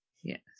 yes